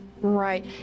Right